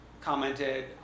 commented